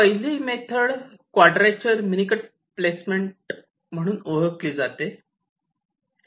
पहिली method quadrature mincut placement म्हणून ओळखली जाते